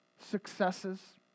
successes